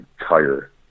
entire